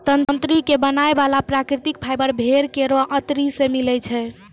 तंत्री क बनाय वाला प्राकृतिक फाइबर भेड़ केरो अतरी सें मिलै छै